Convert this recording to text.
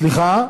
סליחה?